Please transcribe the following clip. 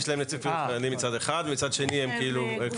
יש להם נציב קבילות מצד אחד, מצד שני הם כפופים.